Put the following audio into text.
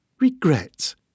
Regret